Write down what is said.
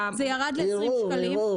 זה ירד ל-20 שקלים.